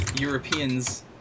Europeans